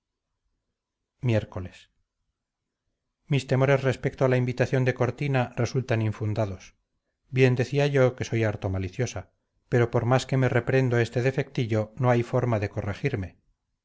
miércoles mis temores respecto a la invitación de cortina resultan infundados bien decía yo que soy harto maliciosa pero por más que me reprendo este defectillo no hay forma de corregirme